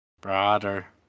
Brother